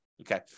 okay